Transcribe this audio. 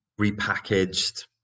repackaged